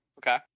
okay